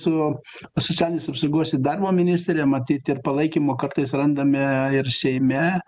su socialinės apsaugos ir darbo ministerija matyt ir palaikymo kartais randame ir seime